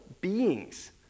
beings